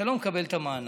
אתה לא מקבל את המענק.